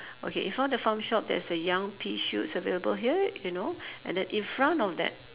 okay in front of the farm shop there's a young pea shoots available here you know and then in front of that